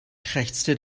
krächzte